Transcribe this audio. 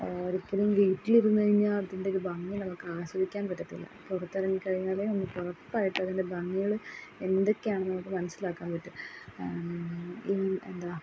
ഒരിക്കലും വീട്ടിലിരുന്നഴിഞ്ഞാൽ അതിൻറ്റൊരു ഭംഗി നമുക്കാസ്വദിക്കാൻ പറ്റത്തില്ല പുറത്തിറങ്ങിക്കഴിഞ്ഞാലെ നമുക്കുറപ്പായിട്ടുവതിൻ്റെ ഭംഗികൾ എന്തെക്കെയാണെന്ന് നമുക്ക് മനസിലാക്കാൻ പറ്റു ഈ എന്ത